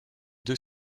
deux